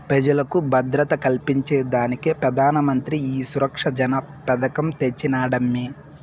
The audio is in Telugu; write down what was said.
పెజలకు భద్రత కల్పించేదానికే పెదానమంత్రి ఈ సురక్ష జన పెదకం తెచ్చినాడమ్మీ